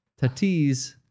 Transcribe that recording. Tatis